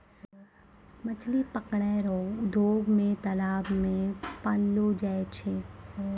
मछली पकड़ै रो उद्योग मे तालाब मे पाललो जाय छै